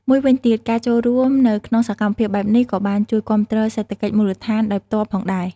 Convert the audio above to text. មួយវិញទៀត ការចូលរួមនៅក្នុងសកម្មភាពបែបនេះក៏បាន ជួយគាំទ្រសេដ្ឋកិច្ចមូលដ្ឋាន ដោយផ្ទាល់ផងដែរ។